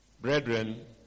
Brethren